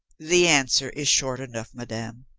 the answer is short enough, madame.